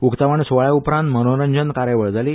उक्तावण स्वाळ्या उपरांत मनोरंजन कार्यावळ जाली